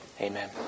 Amen